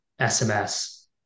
SMS